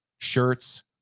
Shirts